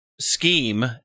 scheme